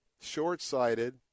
short-sighted